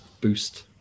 boost